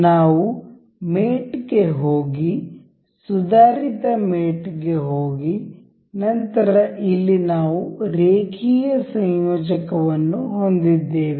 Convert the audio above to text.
ನಾವು ಮೇಟ್ ಗೆ ಹೋಗಿ ಸುಧಾರಿತ ಮೇಟ್ ಗೆ ಹೋಗಿ ನಂತರ ಇಲ್ಲಿ ನಾವು ರೇಖೀಯ ಸಂಯೋಜಕ ವನ್ನು ಹೊಂದಿದ್ದೇವೆ